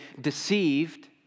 deceived